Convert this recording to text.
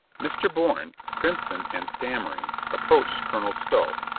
mr. bourne, crimson and stam mering, approached colonel stow,